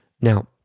Now